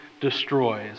destroys